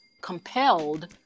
compelled